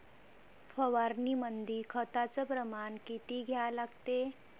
फवारनीमंदी खताचं प्रमान किती घ्या लागते?